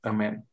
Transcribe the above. Amen